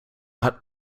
hat